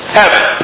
heaven